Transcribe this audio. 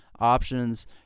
options